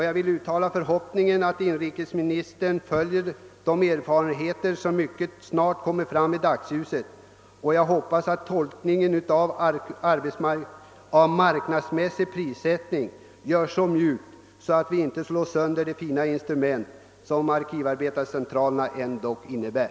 Jag vill uttala förhoppningen att inrikesministern drar lärdomar av de erfarenheter som mycket snart kommer att göras, och jag hoppas att tolkningen av begreppet »marknadsmässig prissättning» blir så mjuk att vi inte slår sönder det fina instrument som arkivarbetscentralerna ändå innebär.